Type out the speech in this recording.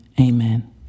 Amen